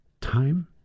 time